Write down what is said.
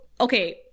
okay